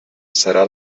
serà